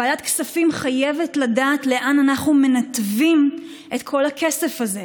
ועדת הכספים חייבת לדעת לאן אנחנו מנתבים את כל הכסף הזה.